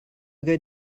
good